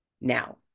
Now